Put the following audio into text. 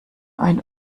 ein